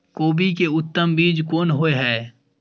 कोबी के उत्तम बीज कोन होय है?